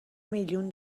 میلیون